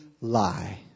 lie